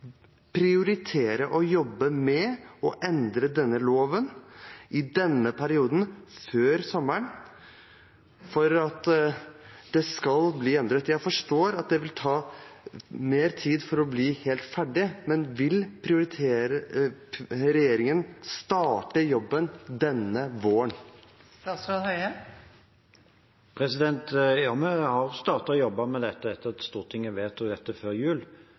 prioritere å jobbe med å endre denne loven i denne perioden, før sommeren, for at dette skal bli endret? Jeg forstår at det vil ta lengre tid før man blir helt ferdig. Men vil regjeringen starte jobben denne våren? Ja, vi startet å jobbe med dette etter at Stortinget vedtok dette før jul,